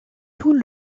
tout